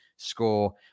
score